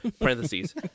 Parentheses